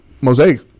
Mosaic